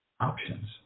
options